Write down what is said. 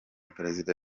perezida